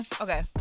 Okay